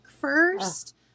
first